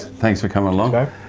thanks for coming along.